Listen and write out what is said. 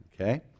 Okay